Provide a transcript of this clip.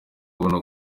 abona